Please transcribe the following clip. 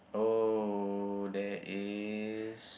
oh there is